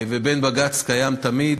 ובין בג"ץ קיים תמיד.